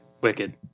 wicked